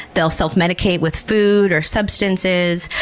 they'll self-medicate with food or substances,